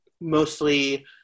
mostly